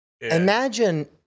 Imagine